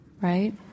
right